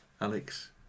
Alex